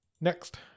Next